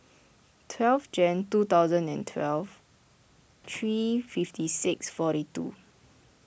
twelve Jan two thousand and twelve three fifty six forty two